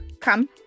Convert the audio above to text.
Come